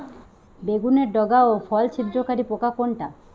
বেগুনের ডগা ও ফল ছিদ্রকারী পোকা কোনটা?